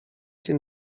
den